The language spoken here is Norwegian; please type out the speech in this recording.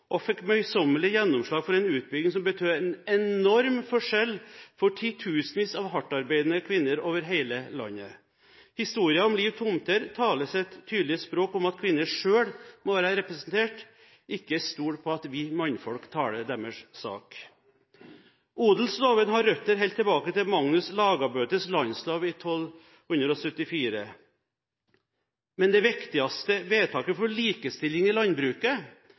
og fikk møysommelig gjennomslag for en utbygging som betød en enorm forskjell for titusenvis av hardtarbeidende kvinner over hele landet. Historien om Liv Tomter taler sitt tydelige språk om at kvinner selv må være representert, ikke stole på at vi mannfolk taler deres sak. Odelsloven har røtter helt tilbake til Magnus Lagabøtes landslov i 1274. Men det viktigste vedtaket for likestilling i landbruket